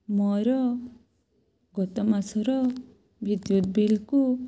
ମୋର ଗତ ମାସର ବିଦ୍ୟୁତ୍ ବିଲ୍କୁ